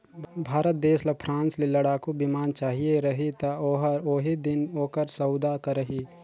भारत देस ल फ्रांस ले लड़ाकू बिमान चाहिए रही ता ओहर ओही दिन ओकर सउदा करही